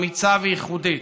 אמיצה וייחודית.